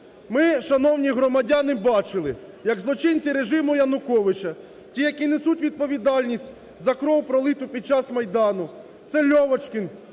Ми, шановні громадяни, бачили, як злочинці режиму Януковича, ті, які несуть відповідальність за кров, пролиту під час Майдану – це Льовочкін,